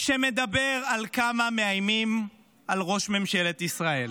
שמדבר על כמה מאיימים על ראש ממשלת ישראל.